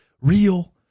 real